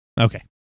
Okay